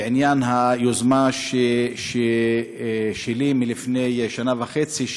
בעניין היוזמה שלי מלפני שנה וחצי,